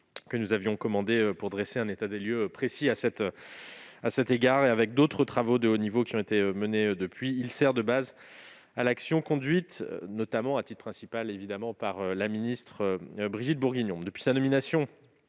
que nous avions commandé pour dresser un état des lieux précis à cet égard. Avec d'autres travaux de haut niveau du même ordre, il sert de base à l'action conduite, à titre principal, par la ministre Brigitte Bourguignon.